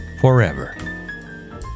forever